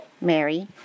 Mary